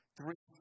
three